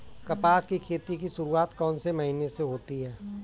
कपास की खेती की शुरुआत कौन से महीने से होती है?